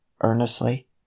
earnestly